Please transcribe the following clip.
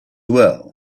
well